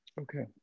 Okay